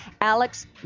Alex